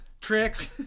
tricks